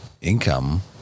income